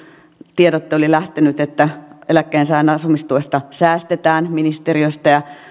tiedote oli lähtenyt ministeriöstä että eläkkeensaajan asumistuesta säästetään ja